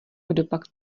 kdopak